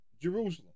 jerusalem